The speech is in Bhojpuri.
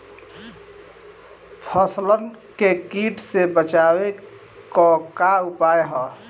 फसलन के कीट से बचावे क का उपाय है?